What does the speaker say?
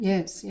Yes